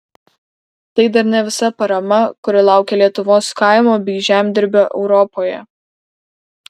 tai dar ne visa parama kuri laukia lietuvos kaimo bei žemdirbio europoje